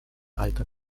alter